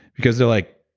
because they're like,